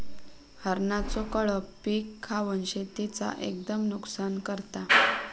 हरणांचो कळप पीक खावन शेतीचा एकदम नुकसान करता